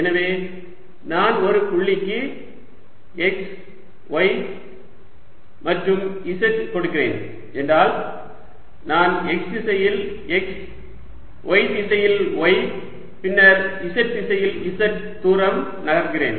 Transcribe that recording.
எனவே நான் ஒரு புள்ளிக்கு x y மற்றும் z கொடுக்கிறேன் என்றால் நான் x திசையில் x y திசையில் y பின்னர் z திசையில் z தூரம் நகர்கிறேன்